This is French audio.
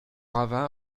ravin